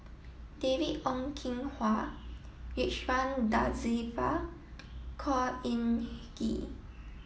David Ong Kim Huat Ridzwan Dzafir Khor Ean Ghee